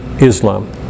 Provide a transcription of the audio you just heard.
Islam